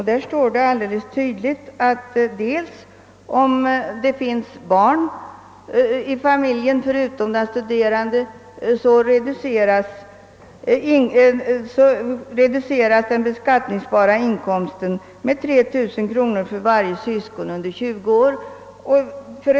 Där står det alldeles tydligt att om det finns barn i familjen förutom den studerande, så reduceras den beskattningsbara inkomsten med 3 000 kronor för varje syskon under 20 år.